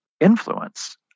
influence